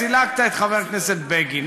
וסילקת את חבר הכנסת בגין.